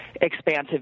expansive